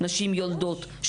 נשים יולדות,